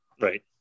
Right